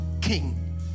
king